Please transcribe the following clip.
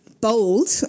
Bold